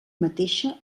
mateixa